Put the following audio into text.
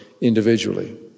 individually